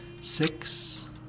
Six